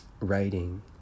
writing